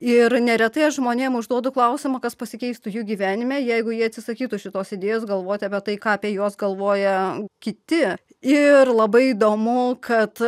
ir neretai žmonėms užduodu klausimą kas pasikeistų jų gyvenime jeigu jie atsisakytų šitos idėjos galvoti apie tai ką apie juos galvoja kiti ir labai įdomu kad